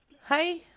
Hi